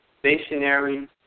Stationary